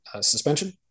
suspension